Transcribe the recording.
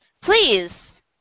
please